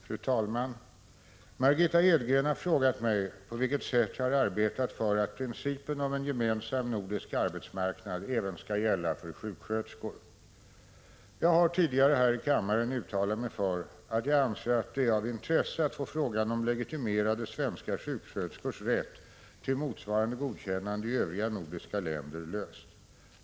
Fru talman! Margitta Edgren har frågat mig på vilket sätt jag har arbetat för att principen om en gemensam nordisk arbetsmarknad även skall gälla för sjuksköterskor. Jag har tidigare här i kammaren uttalat mig för att jag anser att det är av intresse att få frågan om legitimerade svenska sjuksköterskors rätt till motsvarande godkännande i övriga nordiska länder löst.